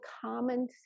common